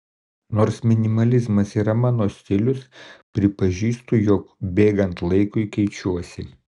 nors minimalizmas yra mano stilius pripažįstu jog bėgant laikui keičiuosi